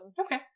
okay